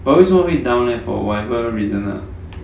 but 为什么会 down leh for whatever reason lah